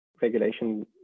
regulation